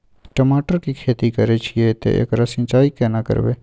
टमाटर की खेती करे छिये ते एकरा सिंचाई केना करबै?